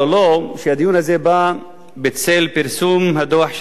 שהדיון הזה בא בצל פרסום דוח ועדת